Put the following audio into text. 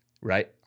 Right